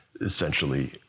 essentially